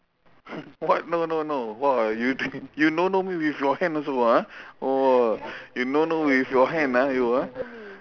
what no no no !wah! you no no me with your hand also ah !wah! you no no with your hand ah you ah